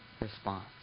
response